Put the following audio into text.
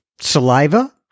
saliva